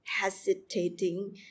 hesitating